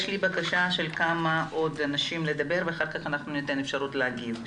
יש לי בקשה של עוד כמה אנשים לדבר ואחר כך ניתן אפשרות להגיב.